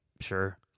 Sure